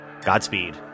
Godspeed